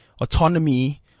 autonomy